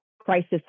crisis